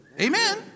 Amen